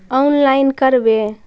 Online करवे?